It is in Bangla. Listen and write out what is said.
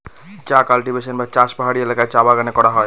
চা কাল্টিভেশন বা চাষ পাহাড়ি এলাকায় চা বাগানে করা হয়